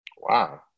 Wow